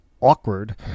awkward